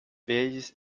vezes